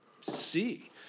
see